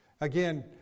Again